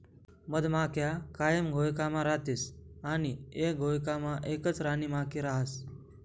मधमाख्या कायम घोयकामा रातीस आणि एक घोयकामा एकच राणीमाखी रहास